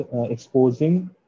exposing